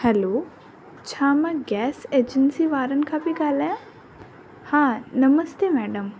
hello छा मां gas agency वारनि खां पइ ॻालायां हा नमस्ते मैडम